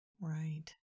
Right